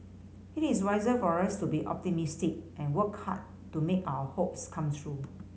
it is wiser for us to be optimistic and work hard to make our hopes come true